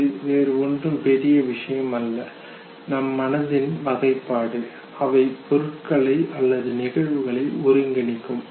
இது வேறு ஒன்றும் பெரிய விஷயம் அல்ல நம் மனதின் வகைப்பாடு அவை பொருட்களை அல்லது நிகழ்வுகளை ஒருங்கிணைக்கும்